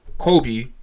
Kobe